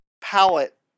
palette